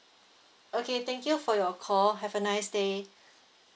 okay thank you for your call have a nice day